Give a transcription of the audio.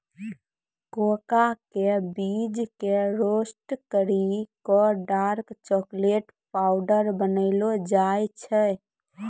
cocoa के बीज कॅ रोस्ट करी क डार्क चाकलेट पाउडर बनैलो जाय छै